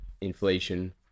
inflation